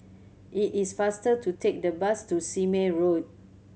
it is faster to take the bus to Sime Road